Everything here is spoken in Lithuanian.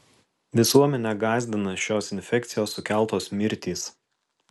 visuomenę gąsdina šios infekcijos sukeltos mirtys